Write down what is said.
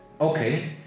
Okay